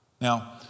Now